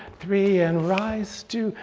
three and rise, two,